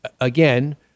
again